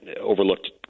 overlooked